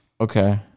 Okay